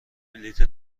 بلیت